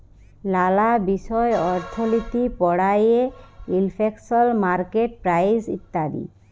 লালা বিষয় অর্থলিতি পড়ায়ে ইলফ্লেশল, মার্কেট প্রাইস ইত্যাদি